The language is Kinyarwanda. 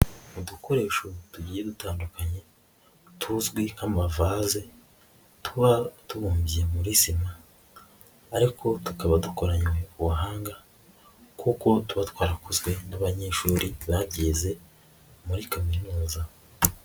Udukoresho tugiye dutandukanye tuzwi nk'amavaze, tuba tubumbye muri sima ariko tukaba dukoranywe ubuhanga kuko tuba twarakozwe n'abanyeshuri babyize muri kaminuza.